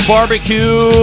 Barbecue